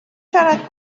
siarad